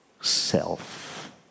self